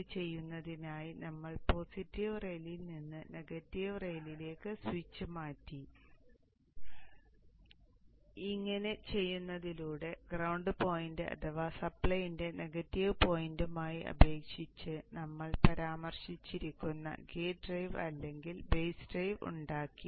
ഇത് ചെയ്യുന്നതിനായി നമ്മൾ പോസിറ്റീവ് റെയിലിൽ നിന്ന് നെഗറ്റീവ് റെയിലിലേക്ക് സ്വിച്ച് മാറ്റി ഇങ്ങനെ ചെയ്യുന്നതിലൂടെ ഗ്രൌണ്ട് പോയിന്റ് അഥവാ സപ്പ്ളൈയിന്റെ നെഗറ്റീവ് പോയിന്റുമായി അപേക്ഷിച്ച് നമ്മൾ പരാമർശിച്ചിരിക്കുന്ന ഗേറ്റ് ഡ്രൈവ് അല്ലെങ്കിൽ ബേസ് ഡ്രൈവ് ഉണ്ടാക്കി